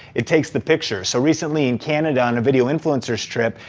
it takes the picture. so recently, in canada, in a video influencers' trip,